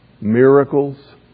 miracles